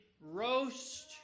roast